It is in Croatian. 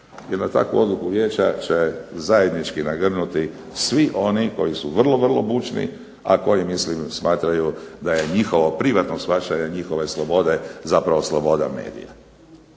Na takvu odluku vijeća će zajednički nagrnuti svi oni koji su vrlo bučni a koji smatraju da je njihovo privatno shvaćanje njihove slobode zapravo sloboda medija.